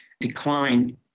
decline